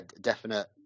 definite